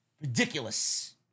Ridiculous